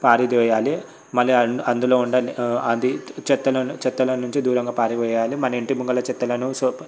పారిదొయ్యాలి మళ్లీ అందులో ఉన్న అది చెత్తలను చెత్తల నుంచి దూరంగా పారి వెయ్యాలి మన ఇంటి ముంగల చెత్తలను